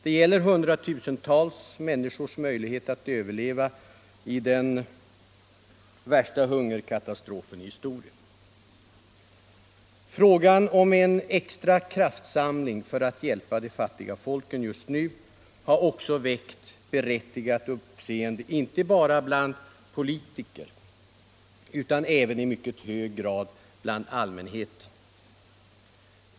Det gäller hundratusentals människors möjlighet att överleva i den värsta hungerkatastrofen i historien. Frågan om en extra kraftsamling för att hjälpa de fattiga folken just nu har väckt berättigat uppseende inte bara bland politiker utan även i mycket hör grad bland allmänheten.